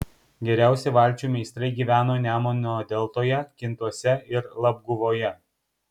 geriausi valčių meistrai gyveno nemuno deltoje kintuose ir labguvoje